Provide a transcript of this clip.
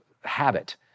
habit